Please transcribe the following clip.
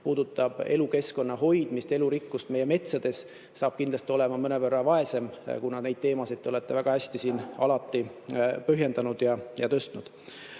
elukeskkonna hoidmist, elurikkust meie metsades, saab kindlasti olema mõnevõrra vaesem, kuna neid teemasid olete teie väga hästi siin alati põhjendanud ja tõstatanud.